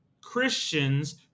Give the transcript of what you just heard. Christians